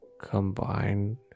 combine